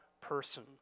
person